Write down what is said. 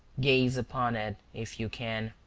gaze upon it, if you can.